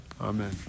Amen